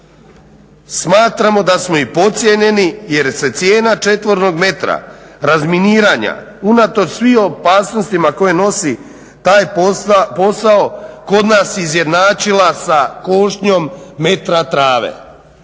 smatramo da smo i podcijenjeni jer se cijena četvornog metra razminiranja unatoč svih opasnostima koje nosi taj posao kod nas izjednačila sa košnjom metra trave.